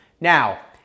Now